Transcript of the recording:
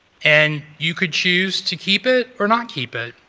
and you could choose to keep it or not keep it.